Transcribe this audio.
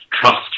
trust